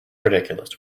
ridiculous